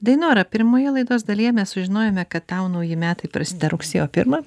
dainora pirmoje laidos dalyje mes sužinojome kad tau nauji metai prasideda rugsėjo pirmą